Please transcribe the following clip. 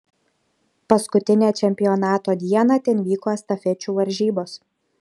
paskutinę čempionato dieną ten vyko estafečių varžybos